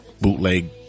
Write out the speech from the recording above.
bootleg